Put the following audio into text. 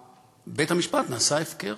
בית-המשפט נעשה הפקר.